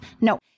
No